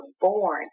born